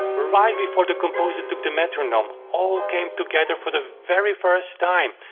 right before the composer took the metronome, all came together for the very first time.